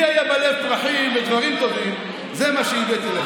לי היו בלב פרחים ודברים טובים, זה מה שהבאתי לך.